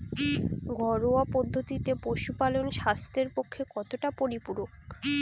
ঘরোয়া পদ্ধতিতে পশুপালন স্বাস্থ্যের পক্ষে কতটা পরিপূরক?